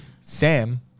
Sam